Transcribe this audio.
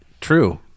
True